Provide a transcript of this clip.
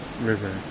river